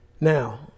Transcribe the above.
Now